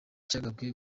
cyagabwe